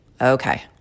Okay